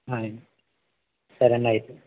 ఆయి సరే అండి అయితే